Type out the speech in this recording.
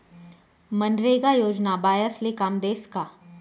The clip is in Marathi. मनरेगा योजना बायास्ले काम देस का?